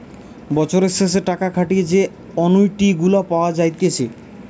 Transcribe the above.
বছরের শেষে টাকা খাটিয়ে যে অনুইটি গুলা পাওয়া যাইতেছে